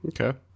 Okay